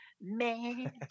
man